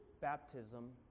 baptism